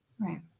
Right